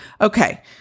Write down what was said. Okay